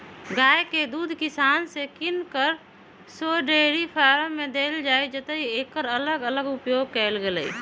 गाइ के दूध किसान से किन कऽ शोझे डेयरी फारम में देल जाइ जतए एकर अलग अलग उपयोग कएल गेल